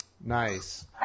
Nice